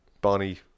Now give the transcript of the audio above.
Barney